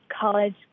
college